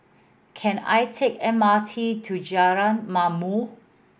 can I take M R T to Jalan Ma'mor